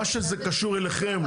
מה שזה קשור אליכם,